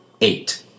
eight